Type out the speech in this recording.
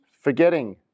forgetting